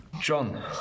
John